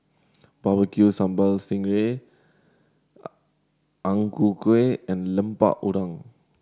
Barbecue Sambal sting ray Ang Ku Kueh and Lemper Udang